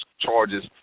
charges